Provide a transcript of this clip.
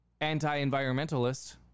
anti-environmentalist